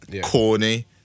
corny